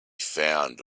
found